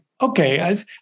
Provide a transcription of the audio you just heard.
okay